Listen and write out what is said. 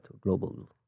global